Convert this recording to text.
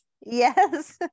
Yes